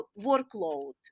workload